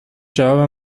جواب